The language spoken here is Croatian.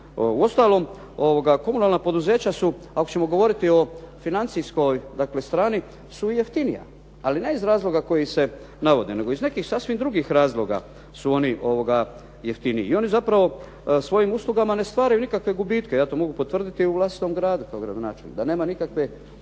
Uostalom, komunalna poduzeća su ako ćemo govoriti o financijskoj dakle strani su jeftinija, ali ne iz razloga koji se navode, nego iz nekih sasvim drugih razloga su oni jeftiniji i oni zapravo svojim uslugama ne stvaraju nikakve gubitke. Ja to mogu potvrditi u vlastitom gradu kao gradonačelnik da nema nikakve,